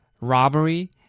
robbery